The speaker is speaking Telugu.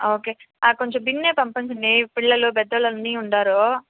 ఓకే నాకొంచెం బిన్నే పంపించండి పిల్లలు పెద్దోళ్ళు అన్ని ఉన్నారు